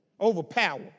overpower